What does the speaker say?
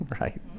Right